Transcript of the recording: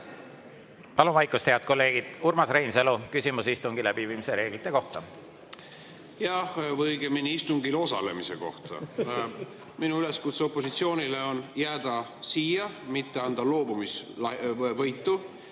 Palun vaikust, head kolleegid! Urmas Reinsalu, küsimus istungi läbiviimise reeglite kohta. Jah, või õigemini istungil osalemise kohta. Minu üleskutse opositsioonile on jääda siia, mitte anda loobumisvõitu.